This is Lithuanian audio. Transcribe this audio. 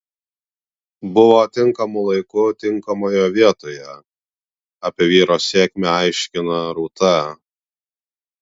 buvo tinkamu laiku tinkamoje vietoje apie vyro sėkmę aiškina rūta